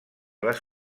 les